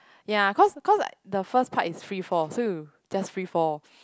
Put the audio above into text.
ya cause cause the first part is free fall too just free fall